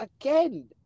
again